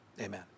Amen